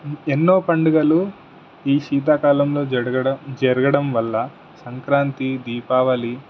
ఎన్నో పండుగలు ఈ శీతాకాలంలో జరగడం జరగడం వల్ల సంక్రాంతి దీపావళి